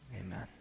amen